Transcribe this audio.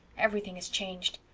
everything has changed.